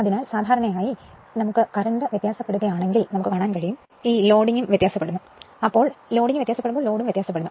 അതിനാൽ സാധാരണയായി I വ്യത്യാസപ്പെടുകയാണെങ്കിൽ ലോഡിംഗും ലോഡും വ്യത്യാസപ്പെടുന്നു